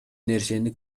нерсени